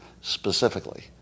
specifically